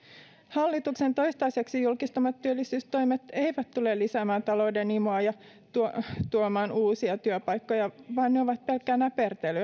hallituksen toistaiseksi julkistamat työllisyystoimet eivät tule lisäämään talouden imua ja tuomaan uusia työpaikkoja vaan ne ovat pelkkää näpertelyä